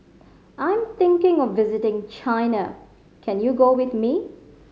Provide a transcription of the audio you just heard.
I'm thinking of visiting China can you go with me